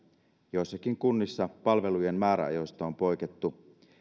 joissakin kunnissa palvelujen määräajoista on poikettu